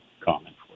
comment